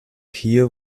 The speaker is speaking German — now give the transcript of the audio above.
hier